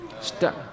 Stop